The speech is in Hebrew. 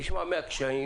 נשמע מה הקשיים.